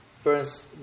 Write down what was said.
first